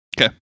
Okay